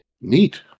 Neat